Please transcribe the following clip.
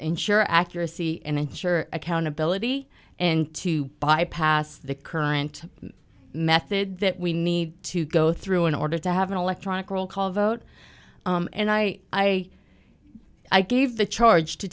ensure accuracy and ensure accountability and to bypass the current method that we need to go through in order to have an electronic roll call vote and i i gave the charge to